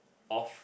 off